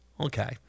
Okay